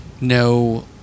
no